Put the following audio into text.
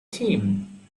team